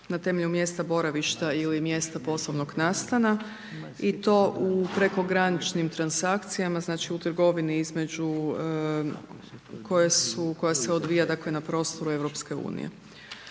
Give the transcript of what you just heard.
na temelju mjesta boravišta ili mjesta poslovnog nastana, i to u prekograničnim transakcijama, znači u trgovini između, koje su, koja se odvija dakle na prostoru Europske unije.